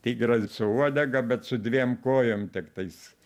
tigras su uodega bet su dviem kojom tiktais